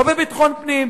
לא בביטחון פנים.